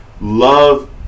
love